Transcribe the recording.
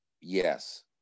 yes